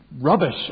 rubbish